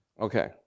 Okay